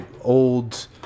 old